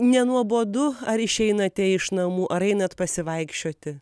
nenuobodu ar išeinate iš namų ar einat pasivaikščioti